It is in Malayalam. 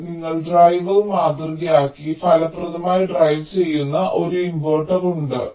അതിനാൽ നിങ്ങൾ ഡ്രൈവർ മാതൃകയാക്കി ഫലപ്രദമായി ഡ്രൈവ് ചെയ്യുന്ന ഒരു ഇൻവെർട്ടർ ഉണ്ട്